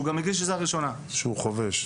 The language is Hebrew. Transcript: שהוא גם מגיש עזרה ראשונה -- שהוא חובש.